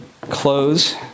close